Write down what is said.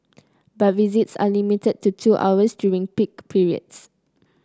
but visits are limited to two hours during peak periods